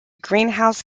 greenhouse